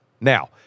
Now